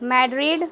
Madrid